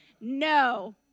No